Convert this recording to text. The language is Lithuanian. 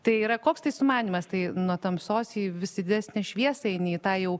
tai yra koks tai sumanymas tai nuo tamsos į vis didesnę šviesą eini į tą jau